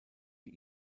die